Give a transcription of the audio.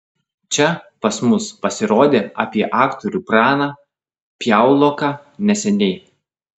čia pas mus pasirodė apie aktorių praną piauloką neseniai